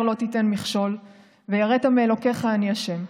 לא תִתן מכשול ויראת מאלקיך אני ה'".